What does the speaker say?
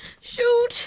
Shoot